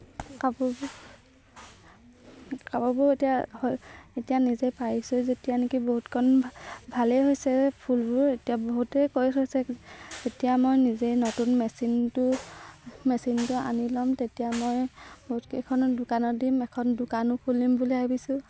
কাপোৰবোৰ কাপোৰবোৰ এতিয়া হয় এতিয়া নিজে পাৰিছোঁ যেতিয়া নেকি বহুতখন ভালেই হৈছে ফুলবোৰ এতিয়া বহুতেই কৈছোঁ যেতিয়া মই নিজেই নতুন মেচিনটো মেচিনটো আনি ল'ম তেতিয়া মই বহুতকেইখন দোকানত দিম এখন দোকানো খুলিম বুলি ভাবিছোঁ